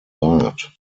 rat